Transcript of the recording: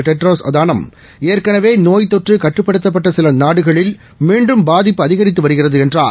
Tedros Adhanom ஏற்கனவே நோய்த்தொற்று கட்டுப்படுத்தப்பட்ட சில நாடுகளில் மீண்டும் பாதிப்பு அதிகரித்து வருகிறது என்றார்